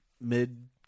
mid